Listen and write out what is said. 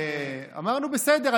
אמרנו בסדר,